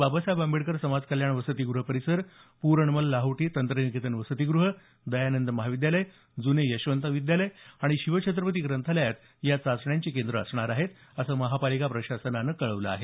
बाबासाहेब आंबेडकर समाज कल्याण वसतिगृह परिसर प्रणमल लाहोटी तंत्रनिकेतन वसतीगृह दयानंद महाविद्यालय जुने यशवंत विद्यालय आणि शिवछत्रपती ग्रंथालयात या चाचण्याची केंद्र असणार आहेत असं महापालिका प्रशासनानं कळवलं आहे